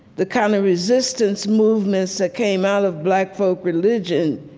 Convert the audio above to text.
the kind of resistance movements that came out of black folk religion,